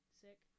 Sick